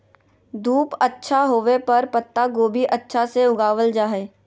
धूप अच्छा होवय पर पत्ता गोभी अच्छा से उगावल जा हय